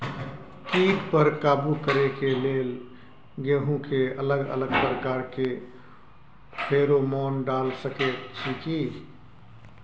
कीट पर काबू करे के लेल गेहूं के अलग अलग प्रकार के फेरोमोन डाल सकेत छी की?